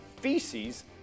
feces